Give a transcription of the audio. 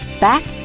back